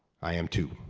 i am, too.